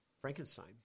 Frankenstein